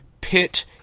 pit